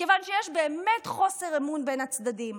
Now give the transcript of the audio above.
כיוון שיש באמת חוסר אמון בין הצדדים,